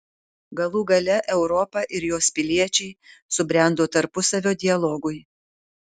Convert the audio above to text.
galų gale europa ir jos piliečiai subrendo tarpusavio dialogui